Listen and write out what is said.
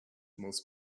most